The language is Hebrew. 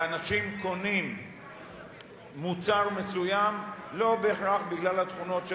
ואנשים קונים מוצר מסוים לא בהכרח בגלל התכונות של